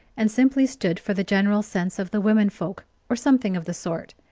and simply stood for the general sense of the women-folk, or something of the sort.